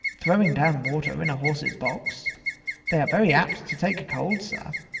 throwing down water in a horse's box they are very apt to take cold, sir.